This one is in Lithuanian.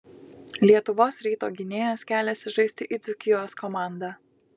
lietuvos ryto gynėjas keliasi žaisti į dzūkijos komandą